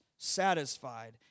satisfied